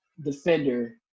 defender